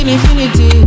Infinity